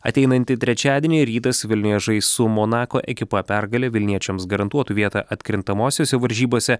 ateinantį trečiadienį rytas vilniuje žais su monako ekipa pergalė vilniečiams garantuotų vietą atkrintamosiose varžybose